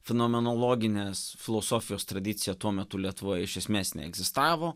fenomenologinės filosofijos tradicija tuo metu lietuvoje iš esmės neegzistavo